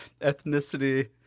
ethnicity